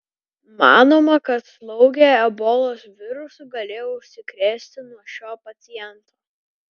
manoma kad slaugė ebolos virusu galėjo užsikrėsti nuo šio paciento